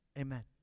amen